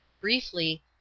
Briefly